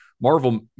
Marvel